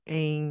em